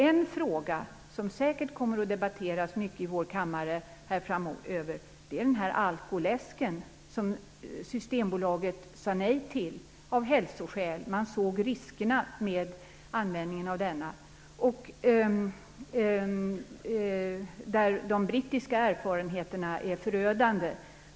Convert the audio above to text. En fråga som säkert kommer att debatteras mycket i vår kammare framöver är den alkoläsk som Systembolaget av hälsoskäl sade nej till. Man insåg riskerna med användningen av denna dryck. De brittiska erfarenheterna är förödande.